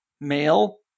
male